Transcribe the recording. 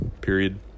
period